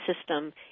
system